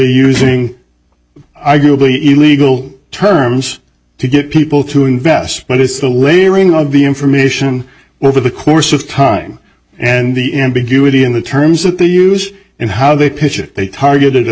using arguably in legal terms to get people to invest but it's the layering of the information over the course of time and the ambiguity in the terms that they use and how they pitch it they targeted a